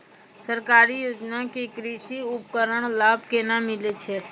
सरकारी योजना के कृषि उपकरण लाभ केना मिलै छै?